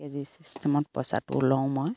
কে G চিষ্টেমত পইচাটো লওঁ মই